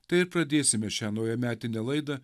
tai ir pradėsime šią naujametinę laidą